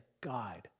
guide